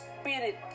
Spirit